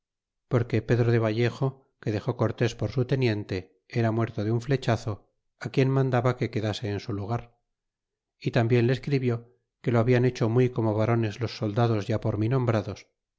porque pedro de vallejo que dexó cortés por su teniente era muerto de un flechazo quien mandaba que quedase en su lugar y tambien le escribió que lo hablan hecho muy como varones los soldados ya por mi nombrados